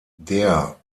der